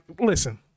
Listen